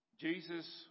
Jesus